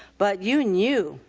but you knew